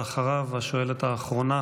ואחריו השואלת האחרונה,